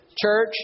church